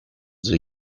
the